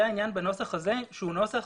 זה העניין בנוסח הזה שהוא נוסח